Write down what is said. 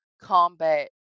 combat